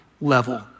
level